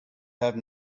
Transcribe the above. have